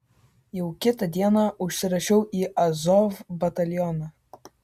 jau kitą dieną užsirašiau į azov batalioną